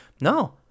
no